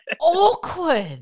Awkward